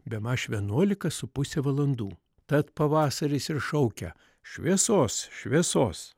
bemaž vienuolika su puse valandų tad pavasaris ir šaukia šviesos šviesos